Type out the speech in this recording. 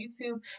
YouTube